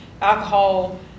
alcohol